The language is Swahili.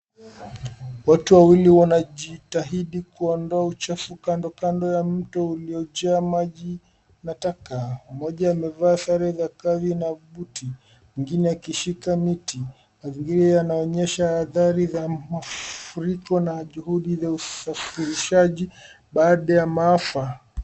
Watu wawili wanajitahidi kuondoa uchafu kando kando ya mto uliojaa maji na taka. Mmoja amevaa sare la kazi na buti mwingine akishika mti. Mazingira yanaonyesha athari za mafuriko na juhudi za usafishaji baada ya maafa.